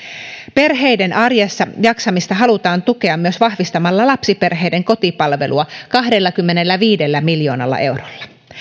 perheiden arjessa jaksamista halutaan tukea myös vahvistamalla lapsiperheiden kotipalvelua kahdellakymmenelläviidellä miljoonalla eurolla